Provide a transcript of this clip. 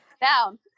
down